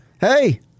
Hey